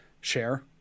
share